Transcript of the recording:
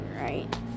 right